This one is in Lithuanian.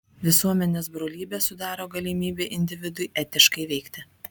visuomenės brolybė sudaro galimybę individui etiškai veikti